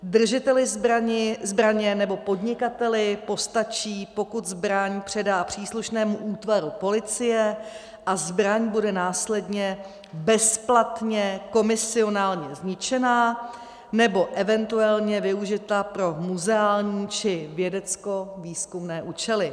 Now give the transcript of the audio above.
Držiteli zbraně nebo podnikateli postačí, pokud zbraň předá příslušnému útvaru policie, a zbraň bude následně bezplatně komisionálně zničena, nebo eventuálně využita pro muzeální či vědeckovýzkumné účely.